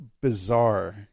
bizarre